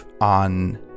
on